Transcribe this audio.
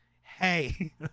hey